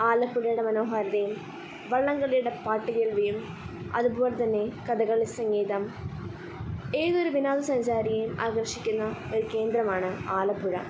ആലപ്പുഴയുടെ മനോഹാരിതയും വള്ളം കളിയുടെ പാട്ടു കേൾവിയും അതുപോലെ തന്നെ കഥകളി സംഗീതം ഏതൊരു വിനോദസഞ്ചാരിയെയും ആകർഷിക്കുന്ന ഒരു കേന്ദ്രമാണ് ആലപ്പുഴ